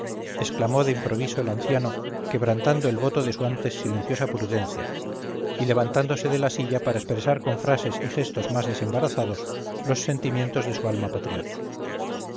exclamó de improviso el anciano quebrantando el voto de su antes silenciosa prudencia y levantándose de la silla para expresar con frases y gestos más desembarazados los sentimientos de su alma patriota